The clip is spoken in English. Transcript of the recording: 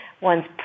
one's